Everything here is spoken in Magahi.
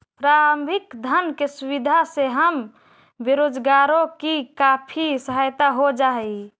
प्रारंभिक धन की सुविधा से हम बेरोजगारों की काफी सहायता हो जा हई